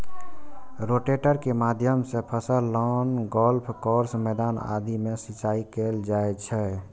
rotator के माध्यम सं फसल, लॉन, गोल्फ कोर्स, मैदान आदि मे सिंचाइ कैल जाइ छै